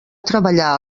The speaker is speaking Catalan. treballar